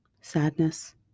Sadness